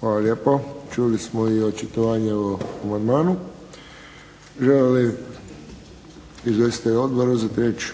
Hvala lijepo. Čuli smo i očitovanje o amandmanu. Žele li izvjestitelji odbora uzeti riječ?